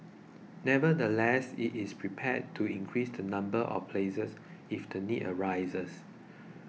nevertheless it is prepared to increase the number of places if the need arises